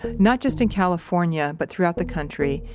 not just in california but throughout the country,